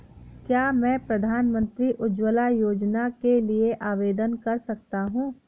क्या मैं प्रधानमंत्री उज्ज्वला योजना के लिए आवेदन कर सकता हूँ?